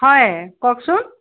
হয় কওকচোন